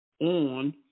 on